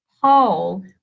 Paul